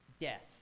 Death